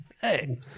Hey